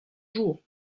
jours